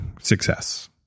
success